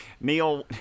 Neil